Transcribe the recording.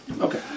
Okay